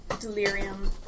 delirium